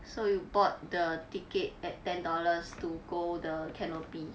so you bought the ticket at ten dollars to go the canopy